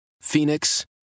Phoenix